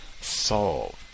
solved